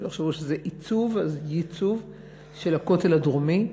שלא יחשבו שזה עיצוב, אז ייצוב של הכותל הדרומי,